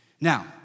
Now